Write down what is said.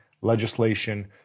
legislation